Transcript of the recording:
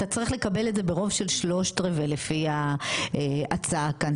ואתה צריך לקבל את זה ברוב של שלושה רבעים לפי ההצעה כאן,